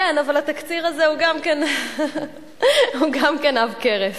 כן, אבל התקציר הזה גם הוא עב כרס.